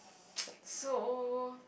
so